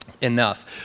enough